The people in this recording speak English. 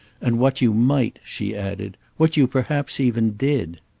and what you might, she added. what you perhaps even did.